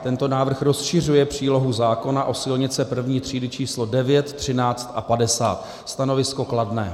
Tento návrh rozšiřuje přílohu zákona o silnice první třídy číslo 9, 13 a 50. Stanovisko kladné.